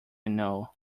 know